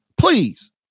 Please